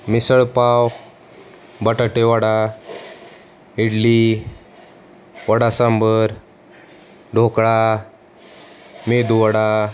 misal pav batatavada idli vada sambar dhokla medu vada